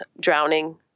drowning